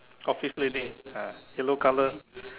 office lady ah yellow color